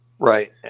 right